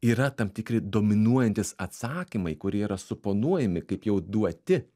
yra tam tikri dominuojantys atsakymai kurie yra suplanuojami kaip jau duoti